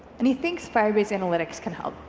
and he thinks firebase analytics can help.